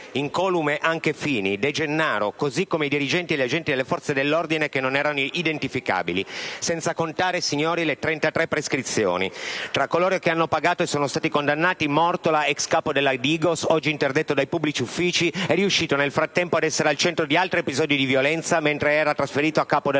incolumi anche Fini e De Gennaro, così come i dirigenti e gli agenti delle forze dell'ordine che non erano identificabili. Senza contare le 33 prescrizioni. Tra coloro che hanno pagato e sono stati condannati, Mortola, ex capo della Digos, oggi interdetto dai pubblici uffici, è riuscito nel frattempo ad essere al centro di altri episodi di violenza mentre era trasferito a capo della Polfer.